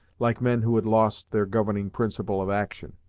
like men who had lost their governing principle of action.